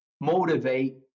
motivate